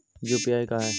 UPI का है?